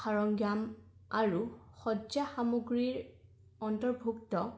সামগ্ৰীৰ অন্তৰ্ভুক্ত